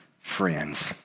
friends